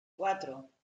cuatro